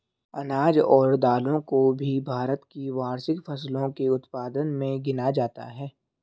अनाज और दालों को भी भारत की वार्षिक फसलों के उत्पादन मे गिना जाता है